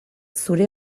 zure